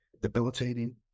debilitating